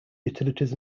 utilities